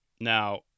Now